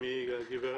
מי הגברת?